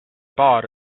paar